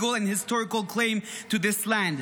and historical claim to this land.